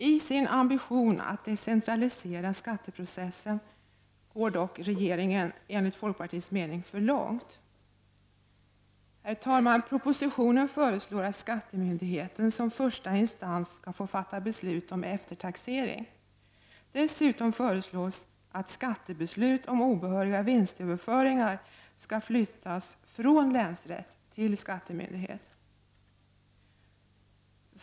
I sin ambition att decentralisera skatteprocessen går dock regeringen enligt folkpartiets mening för långt. Herr talman! Propositionen föreslår att skattemyndigheten som första instans skall få fatta beslut om eftertaxering. Dessutom föreslås att skattebeslut om obehöriga vinstöverföringar skall flyttas från länsrätt till skattemyndighet.